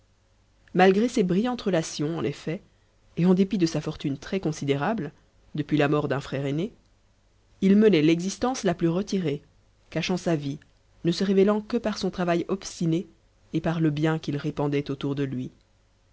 malgré ses brillantes relations en effet et en dépit de sa fortune très considérable depuis la mort d'un frère aîné il menait l'existence la plus retirée cachant sa vie ne se révélant que par son travail obstiné et par le bien qu'il répandait autour de lui